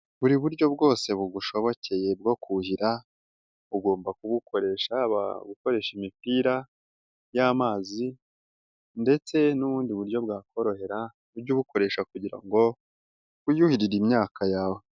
Buri buryo bwose bugushobokeye bwo kuhira, ugomba kubukoresha haba gukoresha imipira y'amazi ndetse n'ubundi buryo bwakorohera, ujye ubikoresha kugira ngo wiyuhirire imyaka yawe.